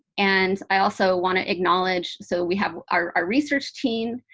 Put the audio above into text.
and i also want to acknowledge so we have our research team.